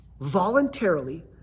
voluntarily